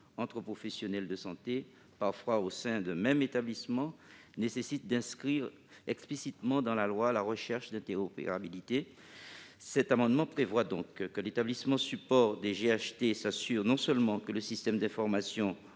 entre professionnels de santé, parfois au sein d'un même établissement, nécessite d'inscrire explicitement dans la loi la recherche d'interopérabilité. Cet amendement prévoit donc que l'établissement support des GHT s'assure que le système d'information